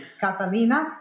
Catalina